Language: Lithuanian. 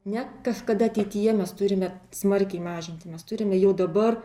ne kažkada ateityje mes turime smarkiai mažinti mes turime jau dabar